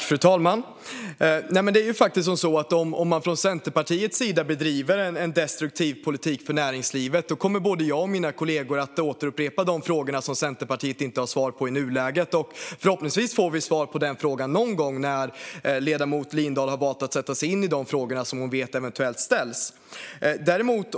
Fru talman! Om Centerpartiet bedriver en destruktiv politik för näringslivet kommer både jag och mina kollegor att återupprepa de frågor som Centerpartiet inte har svar på i nuläget. Förhoppningsvis får vi svar någon gång när ledamoten Lindahl har valt att sätta sig in i de frågor som hon vet kan ställas.